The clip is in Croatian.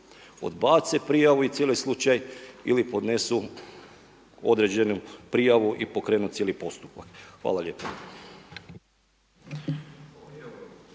odbace prijavu i cijeli slučaj ili podnesu određenu prijavu i pokrenu cijeli postupak? Hvala lijepo.